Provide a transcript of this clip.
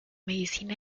medicina